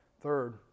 Third